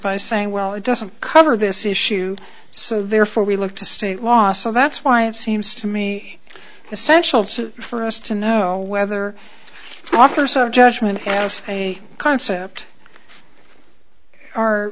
by saying well it doesn't cover this issue so therefore we look to state law so that's why it seems to me essential for us to know whether officers of judgment have a concept are